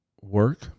Work